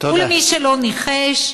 ולמי שלא ניחש,